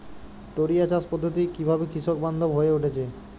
টোরিয়া চাষ পদ্ধতি কিভাবে কৃষকবান্ধব হয়ে উঠেছে?